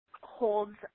holds